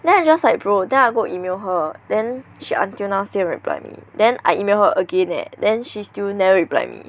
then I'm just like bro then I go email her then she until now still never reply me then I email her again eh then she still never reply me